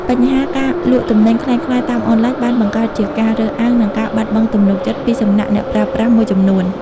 បញ្ហាការលក់ទំនិញក្លែងក្លាយតាមអនឡាញ បានបង្កើតជាការរើសអើង និងការបាត់បង់ទំនុកចិត្តពីសំណាក់អ្នកប្រើប្រាស់មួយចំនួន។